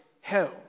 hell